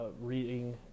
reading